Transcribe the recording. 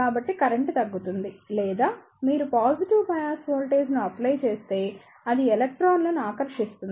కాబట్టి కరెంట్ తగ్గుతుంది లేదా మీరు పాజిటివ్ బయాస్ వోల్టేజ్ను అప్లై చేస్తే అది ఎలక్ట్రాన్లను ఆకర్షిస్తుంది